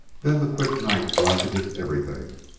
then the quick night blanketed everything,